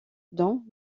don